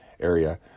area